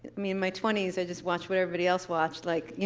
me in my twenty s, i just watched what everybody else watched. like, you